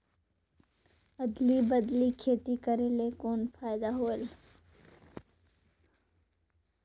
अदली बदली खेती करेले कौन फायदा होयल?